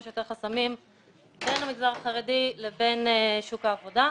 שיותר חסמים בין המגזר החרדי לבין שוק העבודה.